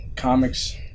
comics